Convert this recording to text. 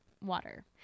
water